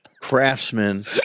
craftsman